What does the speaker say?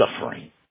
suffering